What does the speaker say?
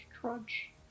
trudge